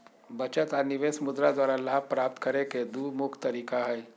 बचत आऽ निवेश मुद्रा द्वारा लाभ प्राप्त करेके दू मुख्य तरीका हई